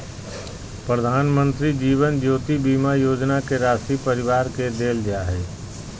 प्रधानमंत्री जीवन ज्योति बीमा योजना के राशी परिवार के देल जा हइ